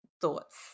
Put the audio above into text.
thoughts